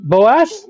Boas